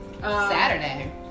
Saturday